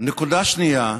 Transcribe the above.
נקודה שנייה,